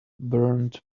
burned